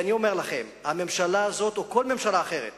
אני אומר לכם שהממשלה הזאת וכל ממשלה אחרת